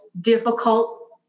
difficult